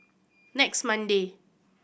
next Monday